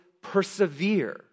persevere